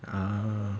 ah